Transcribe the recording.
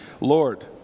Lord